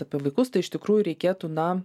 apie vaikus tai iš tikrųjų reikėtų na